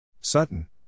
Sutton